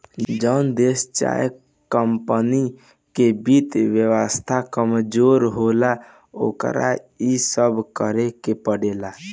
जोन देश चाहे कमपनी के वित्त व्यवस्था कमजोर होला, ओकरा इ सब करेके पड़ेला